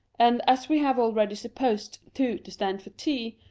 and as we have already supposed two to stand for t,